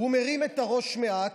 הוא מרים את הראש מעט,